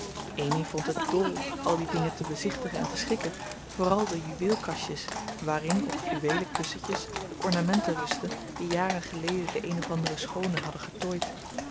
amy vond het dol al die dingen te bezichtigen en te schikken vooral de juweelkastjes waarin op fluweelen kussentjes de ornamenten rustten die jaren geleden de een of andere schoone hadden getooid